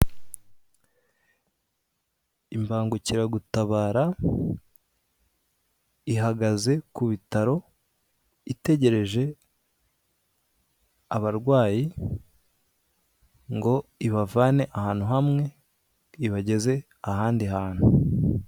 Imbangukiragutabara ihagaze ku bitaro itegereje abarwayi ngo ibavane ahantu hamwe ibageze ahandi hantu.